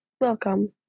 welcome